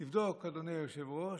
תבדוק, אדוני היושב-ראש,